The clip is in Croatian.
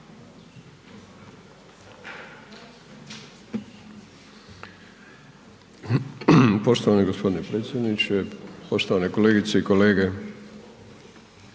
lijepo gospodine predsjedniče, poštovane kolegice i kolege,